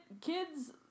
kids